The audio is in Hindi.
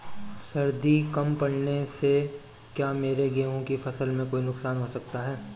सर्दी कम पड़ने से क्या मेरे गेहूँ की फसल में कोई नुकसान हो सकता है?